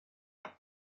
sky